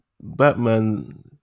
Batman